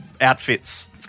outfits